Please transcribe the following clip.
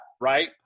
right